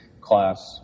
class